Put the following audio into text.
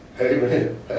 amen